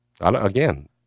Again